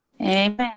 Amen